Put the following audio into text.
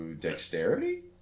dexterity